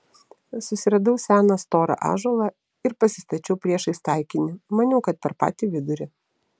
susiradau seną storą ąžuolą ir pasistačiau priešais taikinį maniau kad per patį vidurį